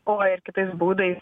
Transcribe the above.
o ir kitais būdais